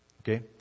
Okay